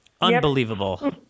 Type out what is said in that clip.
Unbelievable